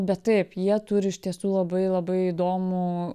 bet taip jie turi iš tiesų labai labai įdomų